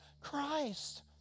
Christ